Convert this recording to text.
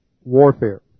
warfare